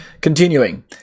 Continuing